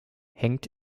hängt